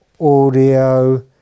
audio